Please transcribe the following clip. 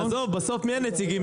לדעתי לא צריכה להיות התנגדות.